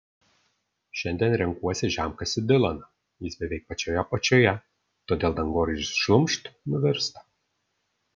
šiandien renkuosi žemkasį dilaną jis beveik pačioje apačioje todėl dangoraižis šlumšt nuvirsta